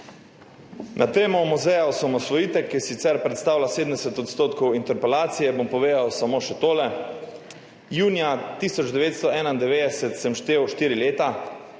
Na temo muzeja osamosvojitve, ki je sicer predstavljal 70 % interpelacije, bom povedal samo še tole. Junija 1991 sem štel štiri leta,